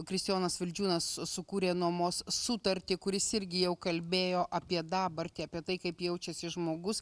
kristijonas vildžiūnas sukūrė nuomos sutartį kur jis irgi jau kalbėjo apie dabartį apie tai kaip jaučiasi žmogus